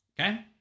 Okay